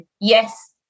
yes